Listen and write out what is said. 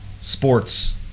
sports